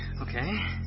Okay